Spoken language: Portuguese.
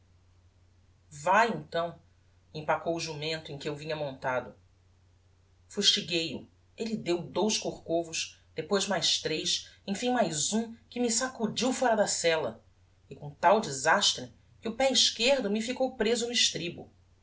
vae então empacou o jumento em que eu vinha montado fustiguei o elle deu dous corcovos depois mais tres emfim mais um que me sacudiu fóra da sella e com tal desastre que o pé esquerdo me ficou preso no estribo